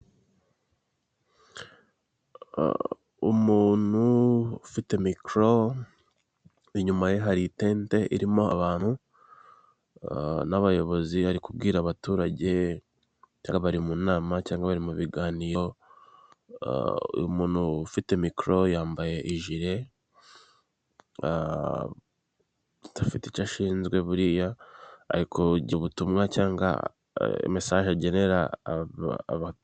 Umuntu ufite mikoro inyuma ye haritete irimo abantu, n'abayobozi ari kubwira abaturage bariri mu nama cyangwa bari mu biganiro umuntu ufite mikoro yambaye ijire afite icyo ashinzwe buriya arikugira ubutumwa cyangwa mesaje agenera ababo arikubwira.